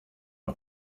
are